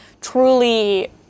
truly